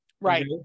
Right